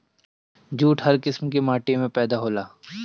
jute हर किसिम के माटी में पैदा होला